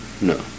No